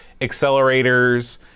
accelerators